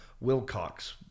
Wilcox